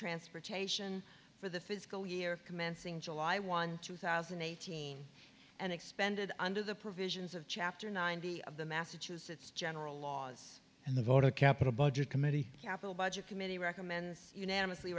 transportation for the fiscal year commencing july one two thousand and eighteen and expanded under the provisions of chapter ninety of the massachusetts general laws and the vote of capital budget committee capital budget committee recommends unanimously